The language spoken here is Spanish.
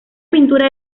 pintura